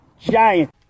giant